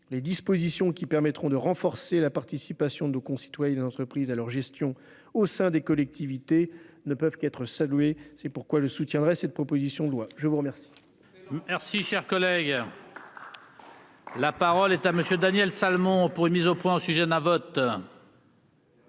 Les dispositions qui permettront de renforcer la participation de nos concitoyens et de nos entreprises à leur gestion et au soutien des collectivités ne peuvent qu'être saluées. C'est pourquoi je voterai cette proposition de loi. Excellent